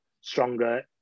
stronger